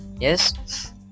Yes